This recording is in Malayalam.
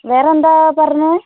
വേറെ എന്താണ് പറഞ്ഞത്